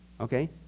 okay